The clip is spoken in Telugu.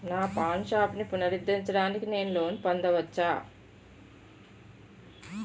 నా పాన్ షాప్ని పునరుద్ధరించడానికి నేను లోన్ పొందవచ్చా?